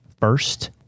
first